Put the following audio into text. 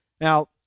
Now